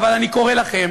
אבל אני קורא לכם